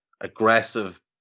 aggressive